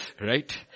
Right